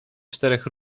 czterech